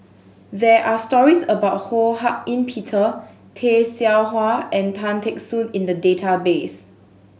there are stories about Ho Hak Ean Peter Tay Seow Huah and Tan Teck Soon in the database